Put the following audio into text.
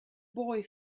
boy